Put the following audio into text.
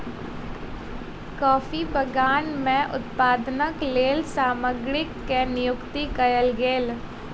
coffee बगान में उत्पादनक लेल श्रमिक के नियुक्ति कयल गेल